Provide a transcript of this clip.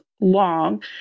long